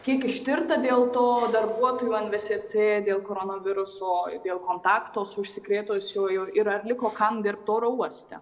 kiek ištirta dėl to darbuotojų nvsc dėl koronaviruso dėl kontakto su užsikrėtusiuoju ir ar liko kam dirbt oro uoste